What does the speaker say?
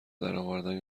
درآوردن